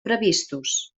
previstos